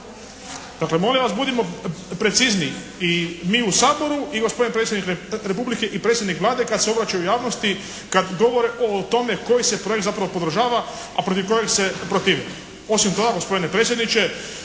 Dakle, molim vas budimo precizniji i mi u Saboru i gospodin predsjednik Republike i predsjednik Vlade kad se obraćaju javnosti kad govore o tome koji se projekt zapravo podržava, a protiv kojeg se protive. Osim toga, gospodine predsjedniče